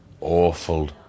awful